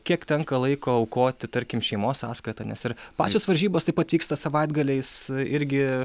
kiek tenka laiko aukoti tarkim šeimos sąskaita nes ir pačios varžybos taip pat vyksta savaitgaliais irgi